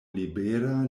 libera